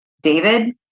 David